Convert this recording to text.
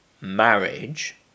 marriage